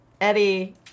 Eddie